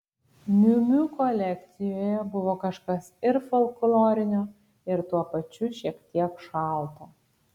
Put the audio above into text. miu miu kolekcijoje buvo kažkas ir folklorinio ir tuo pačiu šiek tiek šalto